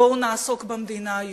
בואו נעסוק במדינה היהודית,